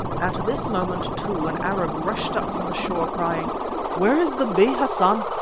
at this moment, too, an arab rushed up from the shore, crying where is the bey hassan?